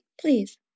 please